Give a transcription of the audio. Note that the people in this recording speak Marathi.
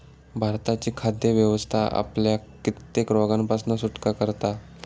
भारताची खाद्य व्यवस्था आपल्याक कित्येक रोगांपासना सुटका करता